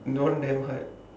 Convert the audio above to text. that one damn hard